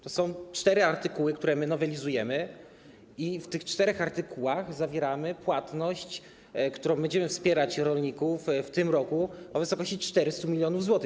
To są cztery artykuły, które my nowelizujemy, i w tych czterech artykułach określamy płatność, którą będziemy wspierać rolników w tym roku, w wysokości 400 mln zł.